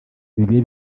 bibe